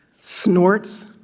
snorts